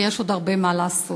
ויש עוד הרבה מה לעשות.